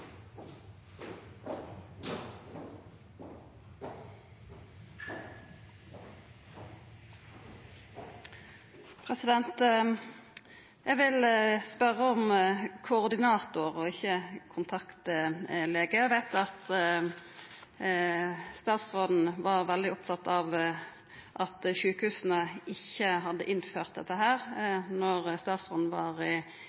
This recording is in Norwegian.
aktører. Eg vil spørja om koordinator og ikkje om kontaktlege. Eg veit at statsråden var veldig opptatt av at sjukehusa ikkje hadde innført dette da statsråden var i